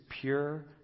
pure